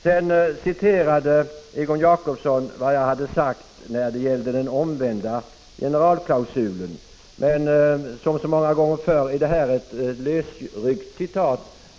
Så citerade Egon Jacobsson vad jag hade sagt när det gällde den omvända generalklausulen, men som så många gånger förr var detta ett lösryckt citat.